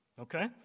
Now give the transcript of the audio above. Okay